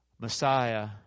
Messiah